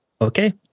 Okay